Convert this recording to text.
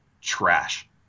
trash